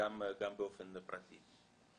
גם באופן פרטי.